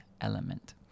element